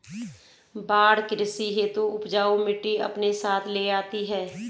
बाढ़ कृषि हेतु उपजाऊ मिटटी अपने साथ ले आती है